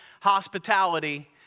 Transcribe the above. hospitality